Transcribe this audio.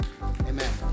Amen